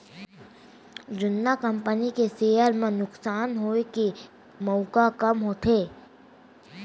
जुन्ना कंपनी के सेयर म नुकसान होए के मउका कम होथे